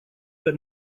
but